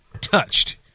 Touched